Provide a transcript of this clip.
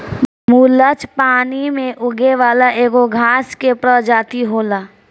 मुलच पानी में उगे वाला एगो घास के प्रजाति होला